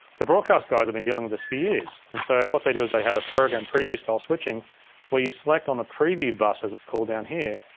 the broadcast guys have been dealing with this for years. and so, what they do is they have a program preview style switching where you select on the preview bus, as it's called, down here,